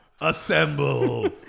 Assemble